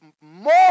more